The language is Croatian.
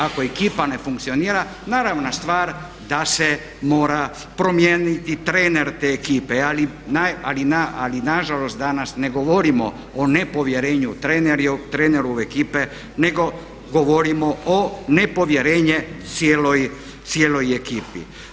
Ako ekipa ne funkcionira naravno stvar da se mora promijeniti trener te ekipe ali nažalost danas ne govorimo o nepovjerenju, treneru ove ekipe, nego govorimo o nepovjerenju cijeloj ekipi.